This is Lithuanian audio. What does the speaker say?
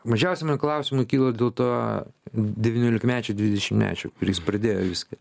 mažiausia man klausimų kyla dėl to devyniolikmečio dvidešimtmečio kuris pradėjo viską